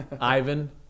Ivan